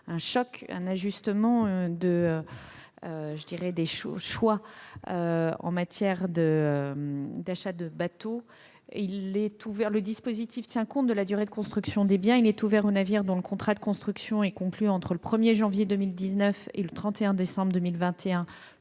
provoquer un ajustement des choix en matière d'achat de bateaux. Il tient compte de la durée de construction des biens. Il est ouvert aux navires dont le contrat de construction est conclu entre le 1 janvier 2019 et le 31 décembre 2021,